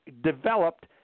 developed